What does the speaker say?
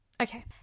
Okay